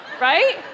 Right